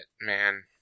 man